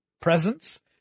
presence